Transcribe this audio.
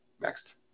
Next